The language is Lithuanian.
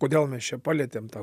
kodėl mes čia palietėm tą